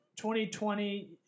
2020